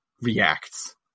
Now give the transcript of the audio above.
reacts